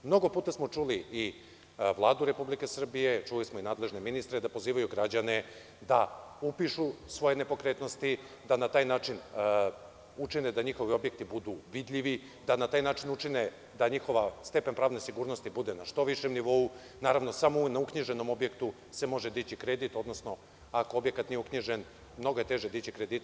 Mnogo puta samo čuli i Vladu Republike Srbije, čuli smo i nadležne ministre da pozivaju građane da upišu svoje nepokretnosti, da na taj način učine da njihovi objekti budu vidljivi, da na taj način učine da njihov stepen pravne sigurnosti bude na što višem nivou, naravno, samo na uknjiženom objektu se može dići kredit, odnosno ako objekat nije uknjižen mnogo je teže dići kredite.